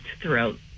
throughout